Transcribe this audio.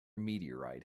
meteorite